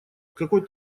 какой